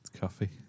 coffee